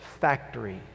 factory